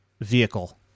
vehicle